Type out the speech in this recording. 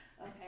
Okay